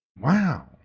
wow